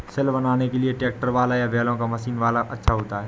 सिल बनाने के लिए ट्रैक्टर वाला या बैलों वाला मशीन अच्छा होता है?